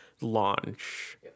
launch